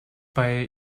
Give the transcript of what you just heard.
bei